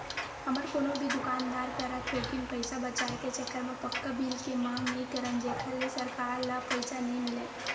हमन कोनो भी दुकानदार करा थोकिन पइसा बचाए के चक्कर म पक्का बिल के मांग नइ करन जेखर ले सरकार ल पइसा नइ मिलय